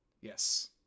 Yes